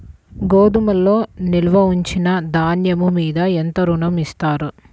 గోదాములో నిల్వ ఉంచిన ధాన్యము మీద ఎంత ఋణం ఇస్తారు?